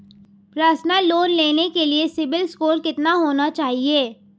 Personal loan लेने के लिए सिबिल स्कोर कितना होना चाहिए?